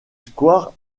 square